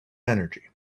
energy